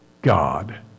God